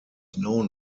known